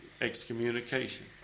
excommunication